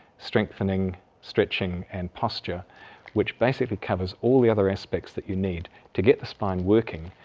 strengthening, stretching and posture which basically covers all the other aspects that you need to get the spine working,